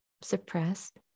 suppressed